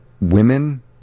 women